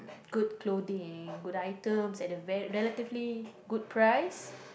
good clothing good items and relatively good price